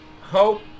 hope